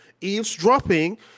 eavesdropping